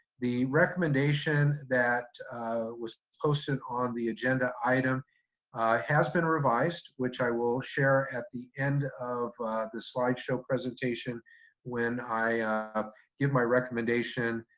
the recommendation recommendation that was posted on the agenda item has been revised, which i will share at the end of the slideshow presentation when i give my recommendation,